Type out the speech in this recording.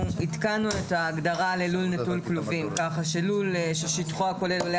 עדכנו את ההגדרה ללול נטול כלובים כך ש"לול ששטחו הכולל עולה